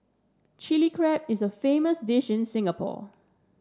Chilli Crab is a famous dish in Singapore